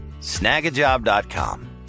Snagajob.com